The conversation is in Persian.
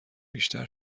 بیشتر